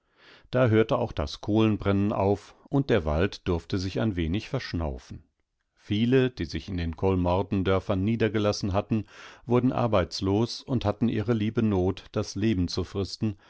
da hörte auch das kohlenbrennen auf und der wald durfte sich ein wenig verschnaufen viele die sich in den kolmrdendörfern niedergelassenhatten wurdenarbeitslosundhattenihreliebenot dasleben zu fristen